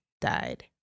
died